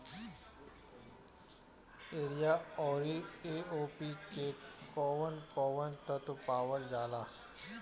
Urea औरी AOP मै कौवन कौवन तत्व पावल जाला?